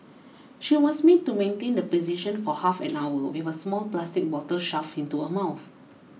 she was made to maintain the position for half an hour with a small plastic bottle shoved into her mouth